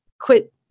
quit